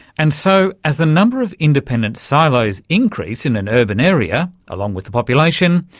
and so as the number of independent siloes increase in an urban area along with the population,